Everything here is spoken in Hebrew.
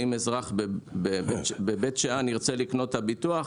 שאם אזרח בבית שאן ירצה לקנות את הביטוח,